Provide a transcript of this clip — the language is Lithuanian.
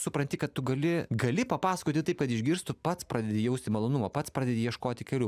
supranti kad tu gali gali papasakoti taip kad išgirstų pats pradedi jausti malonumą pats pradedi ieškoti kelių